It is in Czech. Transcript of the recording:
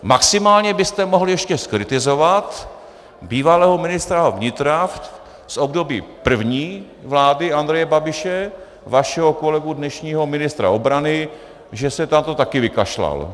Maximálně byste mohli ještě zkritizovat bývalého ministra vnitra z období první vlády Andreje Babiše, vašeho kolegu, dnešního ministra obrany, že se na to také vykašlal.